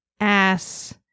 ass